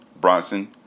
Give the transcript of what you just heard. Bronson